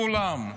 כולם,